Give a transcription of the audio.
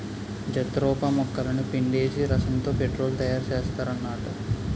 jatropha మొక్కలని పిండేసి రసంతో పెట్రోలు తయారుసేత్తన్నారట